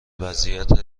وضعیت